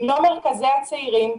אם לא מרכזי הצעירים,